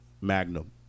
Magnum